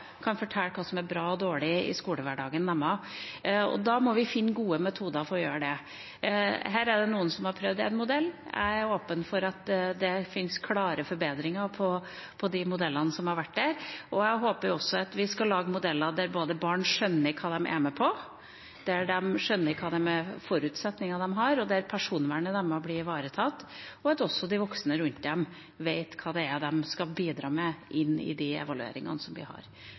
kan fortelle oss hva som er bra og dårlig i skolehverdagen deres. Da må vi finne gode metoder for å gjøre det. Her er det noen som har prøvd en modell – jeg er åpen for at det fins klare forbedringspunkter i de modellene som har blitt prøvd. Jeg håper også at vi skal klare å lage modeller som gjør at barn skjønner hva de er med på, der de skjønner forutsetningene, og der personvernet deres blir ivaretatt, og der også de voksne rundt dem vet hva de skal bidra med inn i de evalueringene som vi har.